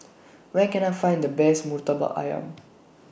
Where Can I Find The Best Murtabak Ayam